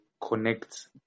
connects